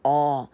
orh